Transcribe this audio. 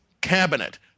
cabinet